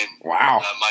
Wow